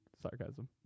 Sarcasm